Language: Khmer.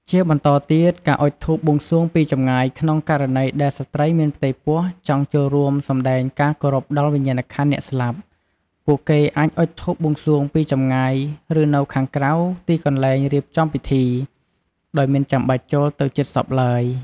ជាបន្តទៀតការអុជធូបបួងសួងពីចម្ងាយក្នុងករណីដែលស្ត្រីមានផ្ទៃពោះចង់ចូលរួមសម្តែងការគោរពដល់វិញ្ញាណក្ខន្ធអ្នកស្លាប់ ពួកគេអាចអុជធូបបួងសួងពីចម្ងាយ ឬនៅខាងក្រៅទីកន្លែងរៀបចំពិធី ដោយមិនចាំបាច់ចូលទៅជិតសពឡើយ។